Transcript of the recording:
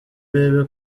bebe